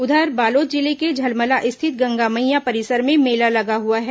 उधर बालोद जिले के झलमला स्थित गंगा मईया परिसर में मेला लगा हुआ है